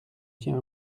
tiens